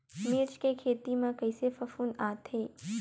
मिर्च के खेती म कइसे फफूंद आथे?